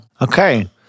Okay